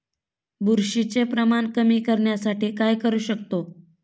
बुरशीचे प्रमाण कमी करण्यासाठी काय करू शकतो?